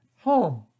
home